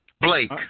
Blake